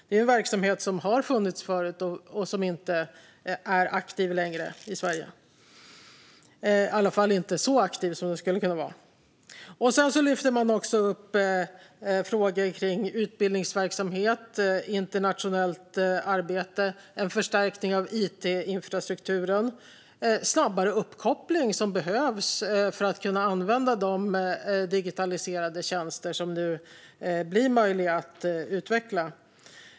Det är en verksamhet som har funnits förut och som inte är aktiv längre i Sverige - i alla fall inte så aktiv som den skulle kunna vara. Man lyfter också upp frågor kring utbildningsverksamhet, internationellt arbete och en förstärkning av it-infrastrukturen med snabbare uppkoppling, vilket behövs för att kunna använda de digitaliserade tjänster som nu blir möjliga att utveckla.